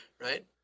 right